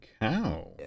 cow